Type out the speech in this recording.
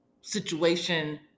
situation